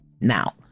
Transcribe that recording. Now